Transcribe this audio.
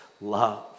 love